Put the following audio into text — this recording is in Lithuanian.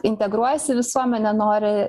integruojasi į visuomenę nori